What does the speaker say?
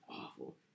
awful